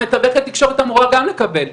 המתווכת תקשורת אמורה גם לקבל,